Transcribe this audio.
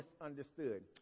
misunderstood